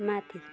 माथि